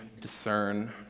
discern